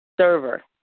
server